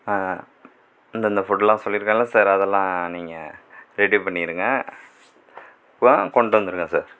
ஆ ஆ இந்த இந்த ஃபுட்லாம் சொல்லியிருக்கேன்ல சார் அதலாம் நீங்கள் ரெடி பண்ணிடுங்க அப்புறம் கொண்டுட்டு வந்திருங்க சார்